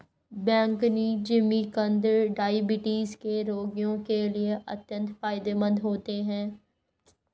बैंगनी जिमीकंद डायबिटीज के रोगियों के लिए अत्यंत फायदेमंद होता है